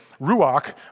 ruach